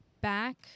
back